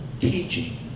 teaching